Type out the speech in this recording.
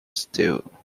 stew